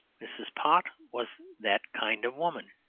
mrs. pott was that kind of woman.